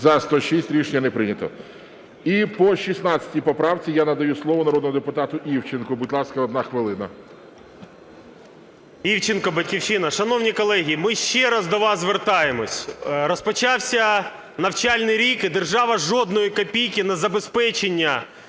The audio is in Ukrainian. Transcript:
За-106 Рішення не прийнято. І по 16 поправці я надаю слово народному депутату Івченку. Будь ласка, одна хвилина. 12:38:24 ІВЧЕНКО В.Є. Івченко, "Батьківщина". Шановні колеги, ми ще раз до вас звертаємось. Розпочався навчальний рік і держава жодної копійки на забезпечення